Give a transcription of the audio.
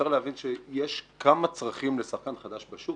צריך להבין שיש כמה צרכים לשחקן חדש בשוק